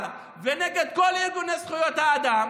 נגד בצלם ונגד עדאלה ונגד כל ארגוני זכויות האדם,